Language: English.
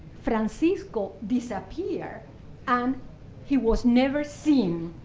francisco disappeared and he was never seen.